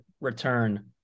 return